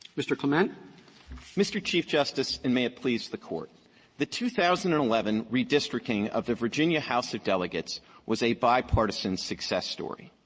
mr. clement. clement mr. chief justice, and may it please the court the two thousand and eleven redistricting of the virginia house of delegates was a bipartisan success story.